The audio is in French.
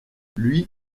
lui